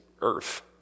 earth